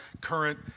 current